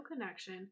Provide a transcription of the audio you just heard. connection